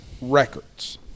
records